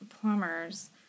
plumbers